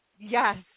yes